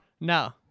No